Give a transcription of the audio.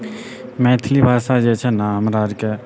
मैथिली भाषा जे छे नै हमरा आओरके